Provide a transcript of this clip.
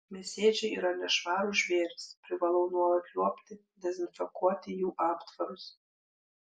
mėsėdžiai yra nešvarūs žvėrys privalau nuolat liuobti dezinfekuoti jų aptvarus